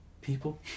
people